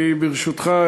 ברשותך,